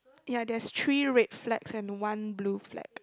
ya there's three red flags and one blue flag